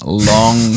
Long